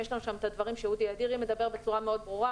יש לנו שם את הדברים שאודי אדירי מדבר בצורה מאוד ברורה,